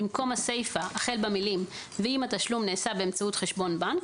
במקום הסיפה החל במילים "ואם התשלום נעשה באמצעות חשבון בנק"